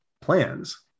plans